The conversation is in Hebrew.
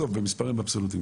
בסוף, במספרים אבסולוטיים.